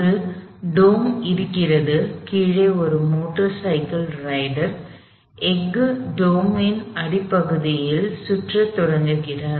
ஒரு டோம் இருக்கிறதுகீழே ஒரு மோட்டார் சைக்கிள் ரைடர் எஃகு டோம் இன் அடிப்பகுதியில் சுற்ற தொடங்குகிறார்